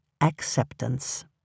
acceptance